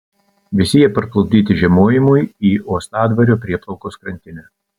visi jie parplukdyti žiemojimui į uostadvario prieplaukos krantinę